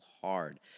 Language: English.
hard